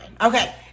Okay